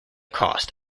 cost